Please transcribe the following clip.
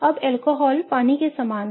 अब अल्कोहल पानी के समान है